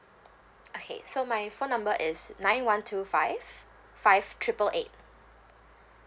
okay so my phone number is nine one two five five triple eight